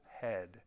head